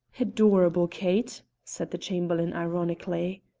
adorable kate! said the chamberlain, ironically.